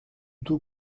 tout